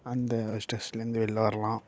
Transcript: அந்த ஸ்ட்ரெஸ்லேந்து வெளில வரலாம்